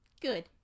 Good